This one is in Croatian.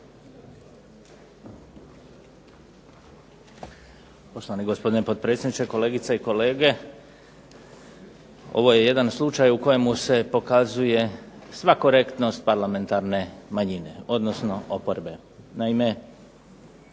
Ovo je jedan slučaju kojem se pokazuje sva korektnost parlamentarne manjine odnosno oporbe. Naime,